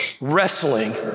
wrestling